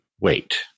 Wait